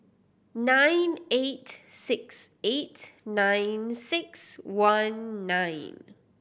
nine eight six eight nine six one nine